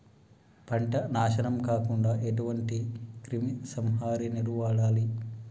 పంట నాశనం కాకుండా ఎటువంటి క్రిమి సంహారిణిలు వాడాలి?